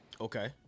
okay